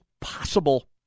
possible